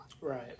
Right